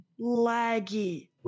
laggy